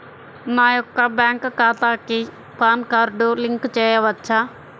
నా యొక్క బ్యాంక్ ఖాతాకి పాన్ కార్డ్ లింక్ చేయవచ్చా?